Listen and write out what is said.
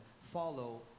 follow